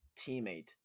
teammate